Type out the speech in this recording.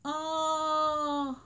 oh